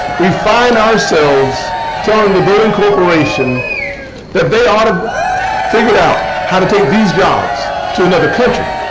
we find ourselves telling the boeing corporation that they ought to figure out how to take these jobs to another country.